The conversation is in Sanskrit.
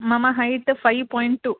मम फ़ैव पय्ण्ट् टु